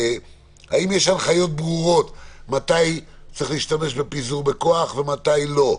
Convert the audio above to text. האם יש הנחיות ברורות מתי צריך להשתמש בפיזור בכוח ומתי לא?